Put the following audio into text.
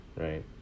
right